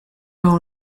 all